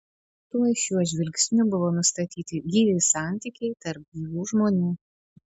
tuoj šiuo žvilgsniu buvo nustatyti gyvi santykiai tarp gyvų žmonių